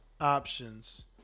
options